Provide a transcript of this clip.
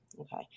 Okay